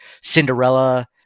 Cinderella